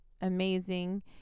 amazing